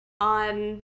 on